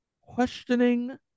questioning